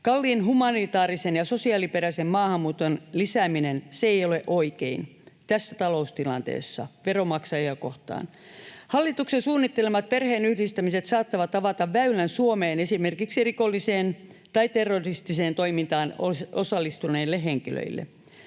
Kalliin humanitaarisen ja sosiaaliperäisen maahanmuuton lisääminen ei ole oikein tässä taloustilanteessa veronmaksajia kohtaan. Hallituksen suunnittelemat perheenyhdistämiset saattavat avata väylän Suomeen esimerkiksi rikolliseen tai terroristiseen toimintaan osallistuneille henkilöille.